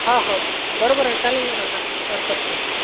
हा हा बरोबर आहे चालेल ना काका काय हरकत नाही